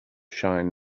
shine